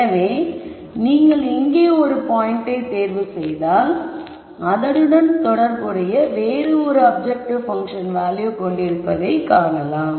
எனவே நீங்கள் இங்கே ஒரு பாயிண்டை தேர்வு செய்தால் அதனுடன் தொடர்புடைய வேறு ஒரு அப்ஜெக்டிவ் பங்க்ஷன் வேல்யூ கொண்டிருப்பதை காணலாம்